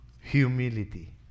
Humility